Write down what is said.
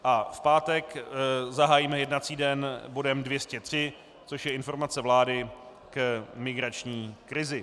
V pátek zahájíme jednací den bodem 203, což je informace vlády k migrační krizi.